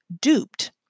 duped